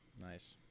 Nice